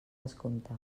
descompte